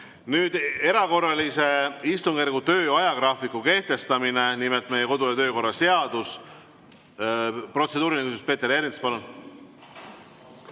Nüüd erakorralise istungjärgu töö ajagraafiku kehtestamine. Nimelt, meie kodu- ja töökorra seadus ... Protseduuriline küsimus, Peeter Ernits, palun!